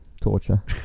Torture